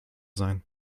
sein